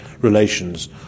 relations